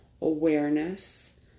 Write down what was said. awareness